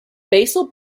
basal